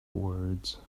words